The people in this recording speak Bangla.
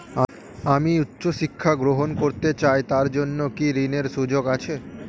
আমি উচ্চ শিক্ষা গ্রহণ করতে চাই তার জন্য কি ঋনের সুযোগ আছে?